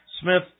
Smith